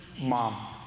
Mom